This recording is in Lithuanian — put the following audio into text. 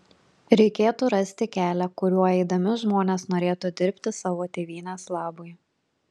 reikėtų rasti kelią kuriuo eidami žmonės norėtų dirbti savo tėvynės labui